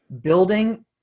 building